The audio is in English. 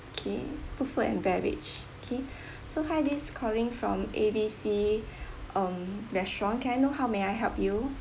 okay food and beverage okay so hi this is calling from A B C um restaurant can know how may I help you